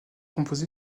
composée